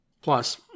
Plus